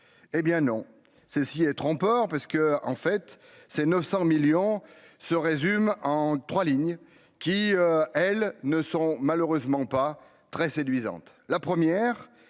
hé bien non, ceci est trompeur parce que, en fait, ces 900 millions se résume en 3 lignes qui elles ne sont malheureusement pas très séduisante